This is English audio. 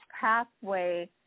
pathway